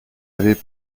avait